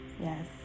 Yes